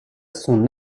son